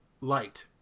light